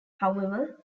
however